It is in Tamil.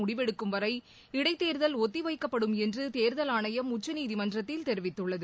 முடிவெடுக்கும் வரை இடைத் தேர்தல் ஒத்தி வைக்கப்படும் என்று தேர்தல் ஆணையம் உச்சநீதிமன்றத்தில் தெரிவித்துள்ளது